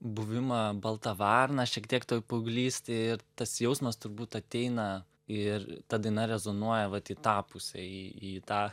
buvimą balta varna šiek tiek toj paauglystėj ir tas jausmas turbūt ateina ir ta daina rezonuoja vat į tą pusę į į tą